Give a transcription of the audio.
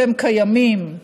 והם קיימים,